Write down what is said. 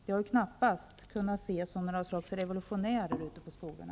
De har knappast kunnat ses som något slags revolutionärer ute på skolorna.